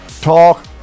Talk